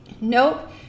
Nope